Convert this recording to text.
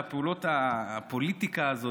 הפוליטיקה הזאת,